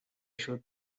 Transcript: should